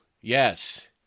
Yes